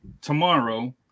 tomorrow